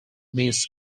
miss